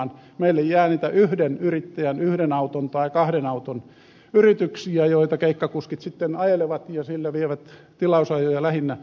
meille jää niitä yhden yrittäjän yrityksiä yhden tai kahden auton yrityksiä joita keikkakuskit sitten ajelevat ja sillä vievät tilausajoja lähinnä